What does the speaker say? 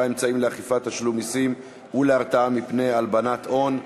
(אמצעים לאכיפת תשלום מסים ולהרתעה מפני הלבנת הון)